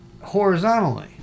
horizontally